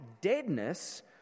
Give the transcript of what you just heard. deadness